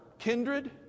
kindred